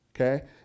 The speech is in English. okay